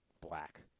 black